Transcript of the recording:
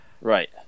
Right